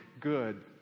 good